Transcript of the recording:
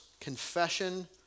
confession